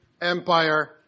empire